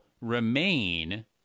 remain